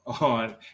On